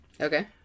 Okay